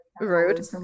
Rude